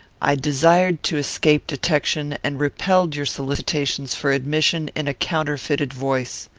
i desired to escape detection, and repelled your solicitations for admission in a counterfeited voice.